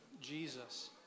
Jesus